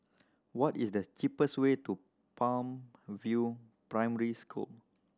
what is the cheapest way to Palm View Primary School